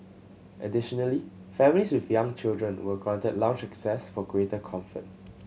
additionally families with young children were granted lounge access for greater comfort